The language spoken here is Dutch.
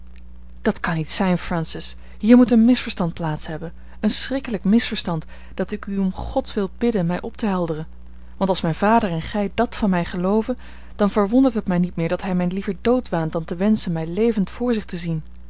dat kan niet zijn francis hier moet een misverstand plaats hebben een schrikkelijk misverstand dat ik u om godswil bidde mij op te helderen want als mijn vader en gij dat van mij gelooven dan verwondert het mij niet meer dat hij mij liever dood waant dan te wenschen mij levend voor zich te zien